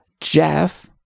Jeff